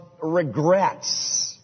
regrets